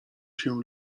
się